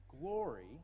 glory